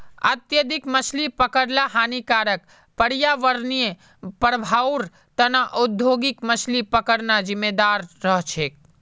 अत्यधिक मछली पकड़ ल हानिकारक पर्यावरणीय प्रभाउर त न औद्योगिक मछली पकड़ना जिम्मेदार रह छेक